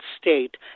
state